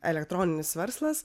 elektroninis verslas